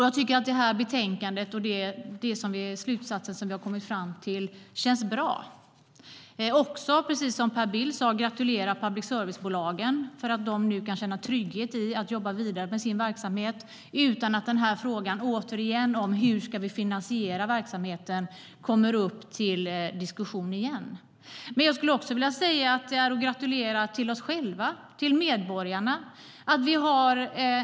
Jag tycker att den slutsats vi kommit fram till i det här betänkandet känns bra. Jag vill också, precis som Per Bill, gratulera public service-bolagen till att de nu kan känna trygghet i att jobba vidare med sin verksamhet utan att frågan hur verksamheten ska finansieras kommer upp till diskussion igen. Jag tycker också att vi själva, medborgarna, är att gratulera.